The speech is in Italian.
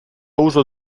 uso